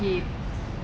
I mean